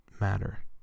matter